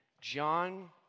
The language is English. John